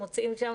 מוצאים שם